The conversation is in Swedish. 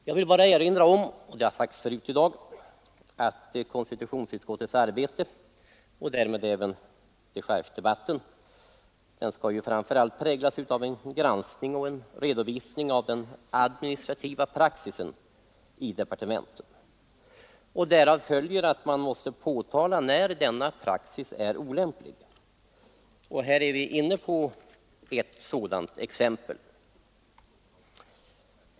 Jag vill bara erinra om — detta har sagts redan förut i dag — att konstitutionsutskottets arbete, och därmed även dechargedebatten, numera framför allt präglas av en granskning och en redovisning av administrativ praxis i departementen. Därav följer att man måste påtala när denna praxis är olämplig, och nu är vi inne på ett sådant exempel.